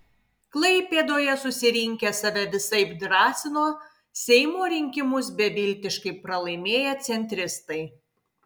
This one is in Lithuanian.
klaipėdoje susirinkę save visaip drąsino seimo rinkimus beviltiškai pralaimėję centristai